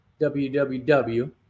www